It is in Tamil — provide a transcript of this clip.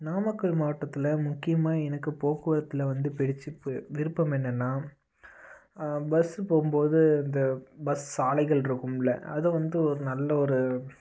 நாமக்கல் மாவட்டத்தில் முக்கியமாக எனக்கு போக்குவரத்தில் வந்து பிடித்த விருப்பம் என்னென்னால் பஸ்ஸு போகும் போது இந்த பஸ் சாலைகள் இருக்குமில்ல அதை வந்து ஒரு நல்ல ஒரு